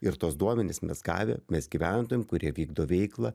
ir tuos duomenis mes gavę mes gyventojam kurie vykdo veiklą